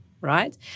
right